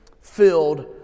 filled